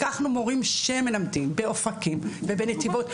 לקחנו מורים שמלמדים באופקים ובנתיבות,